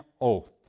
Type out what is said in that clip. oath